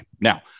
Now